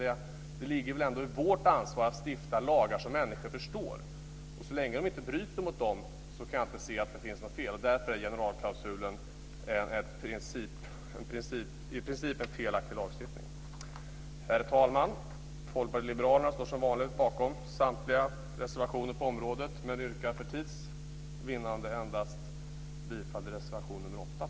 Det ligger i vårt ansvar att stifta lagar som människor förstår. Så länge människor inte bryter mot lagarna kan jag inte se att de gör fel. Därför är generalklausulen i princip en felaktig lagstiftning. Herr talman! Folkpartiet liberalerna står som vanligt bakom samtliga våra reservationer på området. För tids vinnande yrkar jag endast bifall till reservation nr 8.